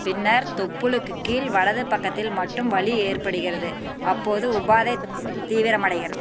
பின்னர் தொப்புளுக்குக் கீழ் வலது பக்கத்தில் மட்டும் வலி ஏற்படுகிறது அப்போது உபாதை தீவிரமடைகிறது